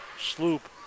Sloop